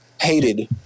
hated